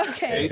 Okay